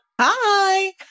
Hi